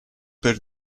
per